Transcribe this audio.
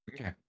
Okay